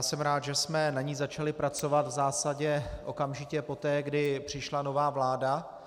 Jsem rád, že jsme na ní začali pracovat v zásadě okamžitě poté, kdy přišla nová vláda.